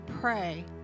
pray